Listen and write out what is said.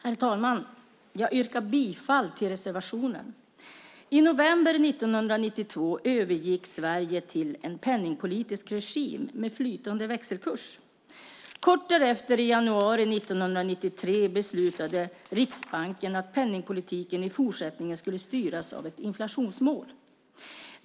Herr talman! Jag yrkar bifall till reservationen. I november 1992 övergick Sverige till en penningpolitisk regim med flytande växelkurs. Kort därefter, i januari 1993, beslutade Riksbanken att penningpolitiken i fortsättningen skulle styras av ett inflationsmål.